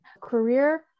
Career